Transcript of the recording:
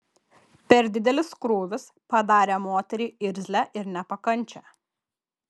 per didelis krūvis padarė moterį irzlią ir nepakančią